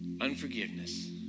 unforgiveness